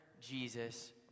Jesus